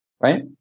right